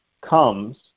comes